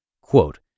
Quote